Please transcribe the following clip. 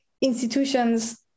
institutions